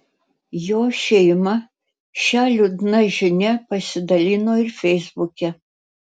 jo šeima šia liūdna žinia pasidalino ir feisbuke